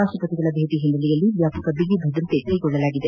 ರಾಷ್ಪಪತಿಗಳ ಭೇಟಿಯ ಹಿನ್ನೆಲೆಯಲ್ಲಿ ವ್ಲಾಪಕ ಬಿಗಿ ಭದ್ರತೆ ಕ್ಲೆಗೊಳ್ಳಲಾಗಿದೆ